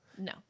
No